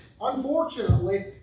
Unfortunately